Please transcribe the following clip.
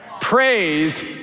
Praise